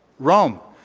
rome.